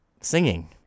singing